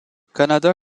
canada